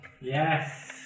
Yes